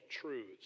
truths